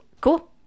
Cool